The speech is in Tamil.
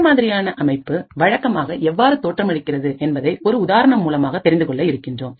இந்த மாதிரியான அமைப்பு வழக்கமாக எவ்வாறு தோற்றமளிக்கின்றது என்பதை ஒரு உதாரணம் மூலமாக தெரிந்துகொள்ள இருக்கின்றோம்